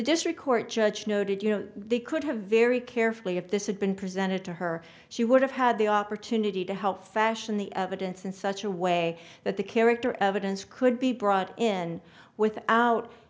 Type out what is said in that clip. district court judge noted you know they could have very carefully if this had been presented to her she would have had the opportunity to help fashion the evidence in such a way that the character evidence could be brought in without